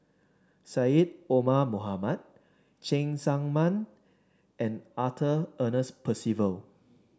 Syed Omar Mohamed Cheng Tsang Man and Arthur Ernest Percival